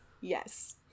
Yes